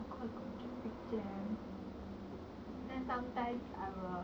have lah got so many bus of course got traffic jam